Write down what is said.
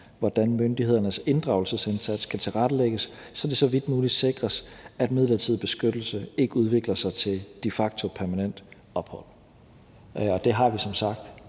hvordan myndighedernes inddragelsesindsats kan tilrettelægges, så det så vidt muligt sikres, at midlertidig beskyttelse ikke udvikler sig til »de facto permanent ophold«.« Det har vi som sagt